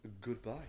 Goodbye